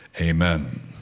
Amen